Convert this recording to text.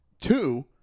two